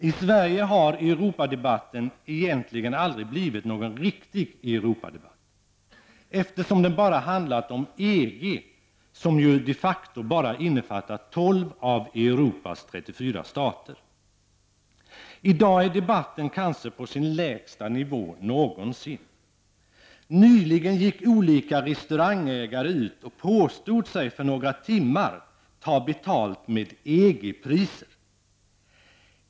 I Sverige har Europadebatten egentligen aldrig blivit någon riktig Europadebatt, eftersom den bara har handlat om EG som ju de facto bara innefattar 12 av Europas 34 stater. I dag är debatten kanske på sin lägsta nivå någonsin. Nyligen gick olika restaurangägare ut och påstod sig för några timmar ta betalt med EG-priser.